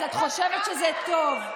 אז את חושבת שזה טוב,